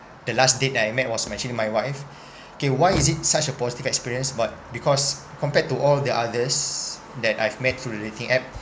the last date I met was actually my wife okay why is it such a positive experience but because compared to all the others that I've met through the dating app